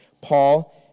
Paul